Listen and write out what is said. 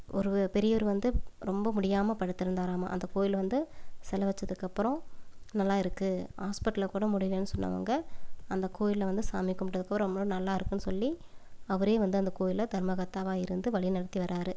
ஒரு பெரியவர் வந்து ரொம்ப முடியாமல் படுத்திருந்தாராமாம் அந்த கோவில்ல வந்து செலை வெச்சதுக்கப்பறோம் நல்லா இருக்குது ஹாஸ்பிட்டலில் கூட முடியலேன்னு சொன்னவங்க அந்த கோவில்ல வந்து சாமி கும்பிட்டத்துக்கப்பறம் ரொம்ப நல்லா இருக்குதுன்னு சொல்லி அவரே வந்து அந்த கோவில்ல தர்மகர்த்தாவாக இருந்து வழி நடத்தி வர்றார்